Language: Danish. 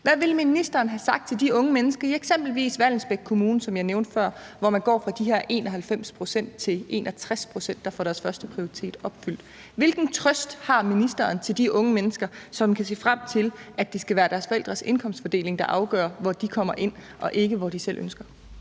Hvad ville ministeren have sagt til de unge mennesker i eksempelvis Vallensbæk Kommune, som jeg nævnte før, hvor man går fra de her 91 pct. til 61 pct., der får deres førsteprioritet opfyldt? Hvilken trøst har ministeren til de unge mennesker, som kan se frem til, at det skal være deres forældres indkomst, der afgør, hvor de kommer ind, og ikke deres egne ønsker?